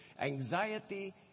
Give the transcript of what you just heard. anxiety